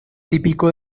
típico